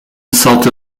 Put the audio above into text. salta